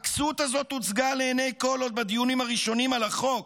הכסות הזו הוצגה לעיני כול עוד בדיונים הראשונים על החוק,